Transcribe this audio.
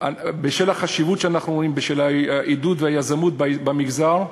בשל החשיבות שאנחנו רואים בעידוד היזמות במגזר,